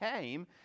came